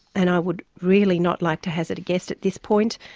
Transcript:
and i would really not like to hazard a guess at this point.